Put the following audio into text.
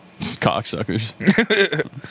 Cocksuckers